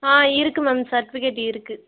ஆ இருக்குது ma'am certificate இருக்குது